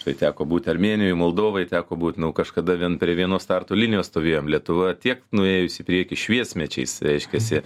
štai teko būti armėnijoj moldovoj teko būt nu kažkada vien prie vienos starto linijos stovėjom lietuva tiek nuėjus į priekį šviesmečiais reiškiasi